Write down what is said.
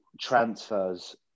transfers